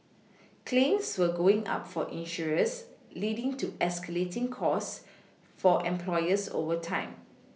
claims were going up for insurers leading to escalating costs for employers over time